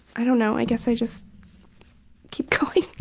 i don't know i guess i just keep going.